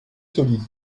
solide